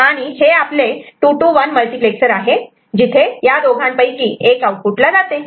आणि हे आपले 2 to 1 मल्टिप्लेक्सर आहे जिथे या दोघांपैकी एक आऊटपुटला जाते